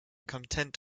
content